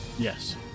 Yes